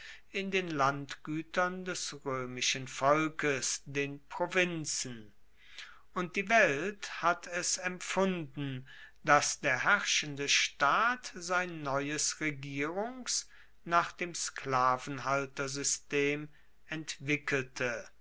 in den landguetern des roemischen volkes den provinzen und die welt hat es empfunden dass der herrschende staat sein neues regierungs nach dem sklavenhaltersystem entwickelte